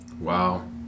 Wow